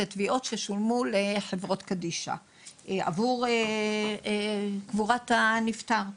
אלה תביעות ששולמו לחברות קדישא תמורת הנפטר.